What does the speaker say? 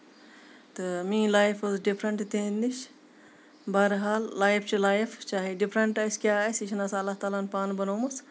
تہٕ میٲنۍ لایف ٲسۍ ڈِفرنٛٹ تہنٛد نِش بہر حال لایف چھِ لایف چاہے ڈِفرنٛٹ آسہِ کیاہ آسہِ یہِ چھےٚ آسان اللہ تعالیٰ ہن پانہٕ بَنٲومٕژ